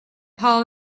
paul